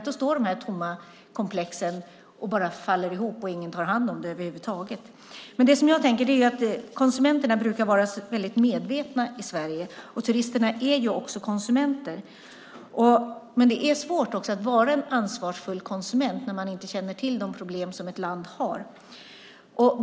Då står de tomma komplexen och faller ihop. Ingen tar hand om det över huvud taget. Det jag tänker är att konsumenterna brukar vara väldigt medvetna i Sverige, och turisterna är ju också konsumenter. Men det är svårt att vara en ansvarsfull konsument när man inte känner till de problem som ett land har.